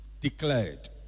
declared